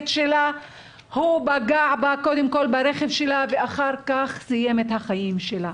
שלה הוא פגע בה קודם כל ברכב שלה ואחר כך סיים את החיים שלה.